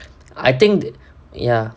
I think ya